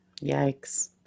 Yikes